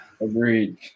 Agreed